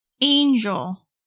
angel